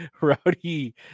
rowdy